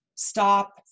stop